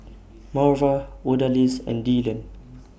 Marva Odalys and Dylon